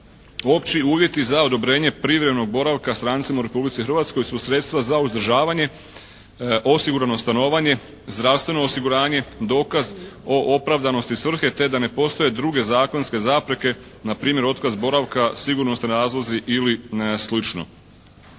Opći uvjeti za odobrenje privremenog boravka strancima u Republici Hrvatskoj su sredstva za uzdržavanje, osigurano stanovanje, zdravstveno osiguranje, dokaz o opravdanosti svrhe te da ne postoje druge zakonske zapreke npr. otkaz boravka, sigurnosni razlozi ili sl.